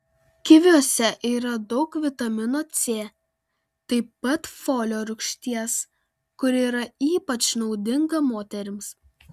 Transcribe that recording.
kiviuose yra daug vitamino c taip pat folio rūgšties kuri yra ypač naudinga moterims